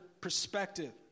perspective